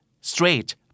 straight